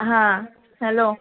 हां हॅलो